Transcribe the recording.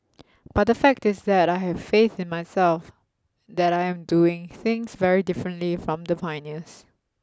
but the fact is that I have faith in myself that I am doing things very differently from the pioneers